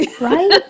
Right